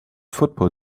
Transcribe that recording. football